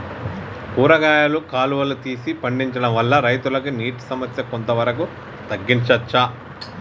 కూరగాయలు కాలువలు తీసి పండించడం వల్ల రైతులకు నీటి సమస్య కొంత వరకు తగ్గించచ్చా?